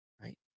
right